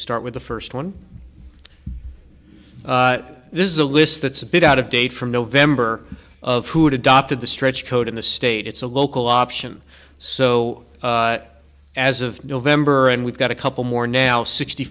start with the first one this is a list that's a bit out of date from november of who'd adopted the stretch code in the state it's a local option so as of november and we've got a couple more now sixty